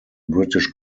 british